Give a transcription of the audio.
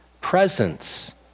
Presence